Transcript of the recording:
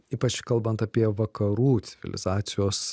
ypač kalbant apie vakarų civilizacijos